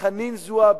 שחנין זועבי,